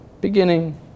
beginning